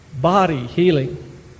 body-healing